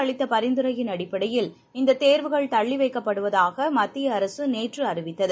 அளித்தபரிந்துரையின் அந்தக் குழு அடிப்படையில் இந்ததேர்வுகள் தள்ளிவைக்கப்படுவதாகமத்திய அரசுநேற்று அறிவித்தது